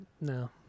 no